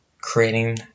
creating